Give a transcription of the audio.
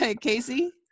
Casey